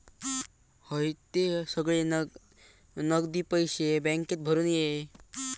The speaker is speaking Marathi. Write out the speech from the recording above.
हयते सगळे नगदी पैशे बॅन्केत भरून ये